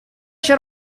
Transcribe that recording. się